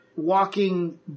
Walking